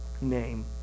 name